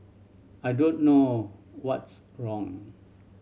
I don't know what's wrong